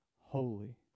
holy